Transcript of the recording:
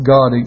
God